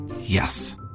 Yes